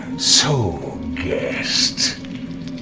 so, guest.